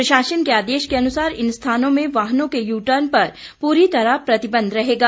प्रशासन के आदेश के अनुसार इन स्थानों में वाहनों के यू टर्न पर पूरी तरह प्रतिबंध रहेगा